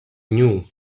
knew